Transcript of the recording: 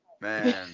Man